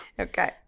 Okay